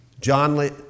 John